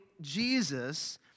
Jesus